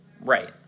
Right